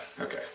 okay